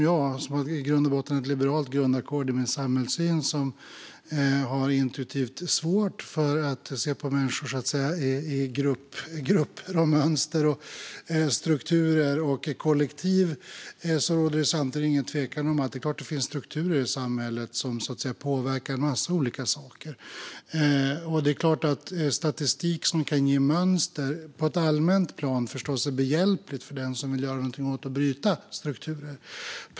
Jag, som i grund och botten har ett liberalt grundackord i min samhällssyn, har intuitivt svårt för att se på människor i grupper, mönster, strukturer och kollektiv. Men det råder samtidigt ingen tvekan om att det finns strukturer i samhället som påverkar en massa olika saker. Det är klart att statistik som kan visa mönster på ett allmänt plan är behjälplig för den som vill göra någonting åt och bryta strukturer.